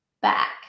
back